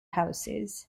houses